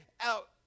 out